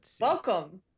welcome